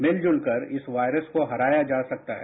मिलजुल कर इस वायरस को हराया जा सकता है